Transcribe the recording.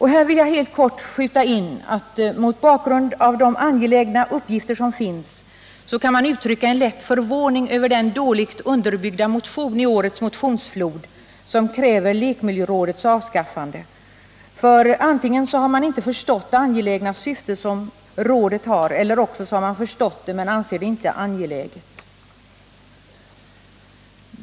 Här vill jag helt kort skjuta in att man, mot bakgrund av de angelägna uppgifter som finns, kan uttrycka en lätt förvåning över den dåligt underbyggda motion i årets motionsflod, som kräver lekmiljörådets avskaffande. Antingen har man inte förstått det angelägna syfte som rådet har eller också har man förstått det men inte ansett det angeläget.